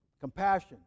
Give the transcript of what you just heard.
Compassion